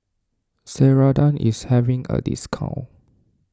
Ceradan is having a discount